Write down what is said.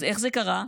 אז איך זה קרה,